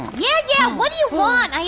yeah yeah, what do you want? i